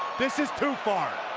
this is too far.